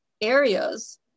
areas